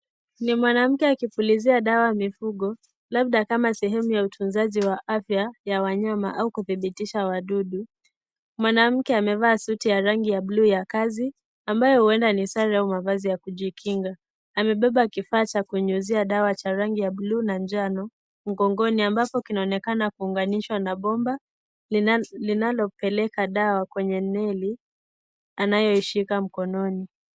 Ni mwanamke akipulizia dawa mifugo labda kama sehemu ya utunzaji wa afya ya wanyama au kudhibitisha wadudu. Mwanamke amevaa suti ya rangi ya buluu ya kazi ambayo huenda ni sare au mavazi ya kujikinga. Amebeba kifaa cha kunyunyizia dawa cha rangi ya buluu na njano mgongoni ambapo kinaonekana kuunganishwa na bomba linalopeleka dawa kwenye neli anayoishika mkononi.